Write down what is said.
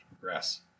progress